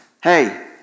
Hey